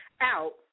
out